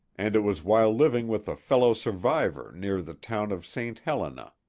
and it was while living with a fellow survivor near the town of st. helena,